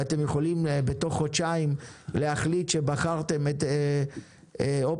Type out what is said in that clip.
ואתם יכולים תוך חודשיים להחליט שבחרתם את אופציית